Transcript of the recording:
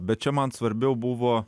bet čia man svarbiau buvo